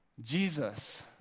Jesus